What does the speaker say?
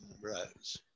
rows